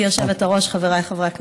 גברתי היושבת-ראש, חבריי חברי הכנסת,